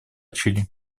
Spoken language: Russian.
чили